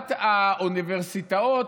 ברמת האוניברסיטאות,